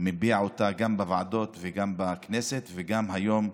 מביע גם בוועדות וגם בכנסת, וגם היום,